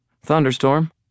Thunderstorm